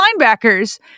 linebackers